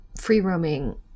free-roaming